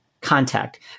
contact